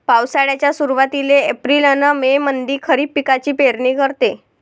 पावसाळ्याच्या सुरुवातीले एप्रिल अन मे मंधी खरीप पिकाची पेरनी करते